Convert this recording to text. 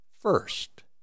first